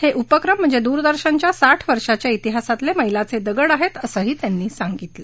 हे उपक्रम म्हणजे दूरदर्शनच्या साठ वर्षांच्या तिहासातले मैलाचे दगड आहेत असंही त्यांनी सांगीतलं